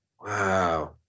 Wow